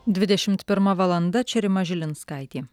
dvidešimt pirma valanda čia rima žilinskaitė